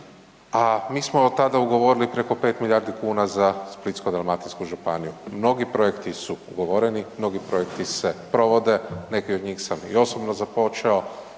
a mi smo od tada ugovorili preko 5 milijardi kuna za Splitsko-dalmatinsku županiju. Mnogi projekti su ugovoreni, mnogi projekti se provode, neke od njih sam i osobno započeo.